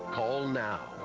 call now.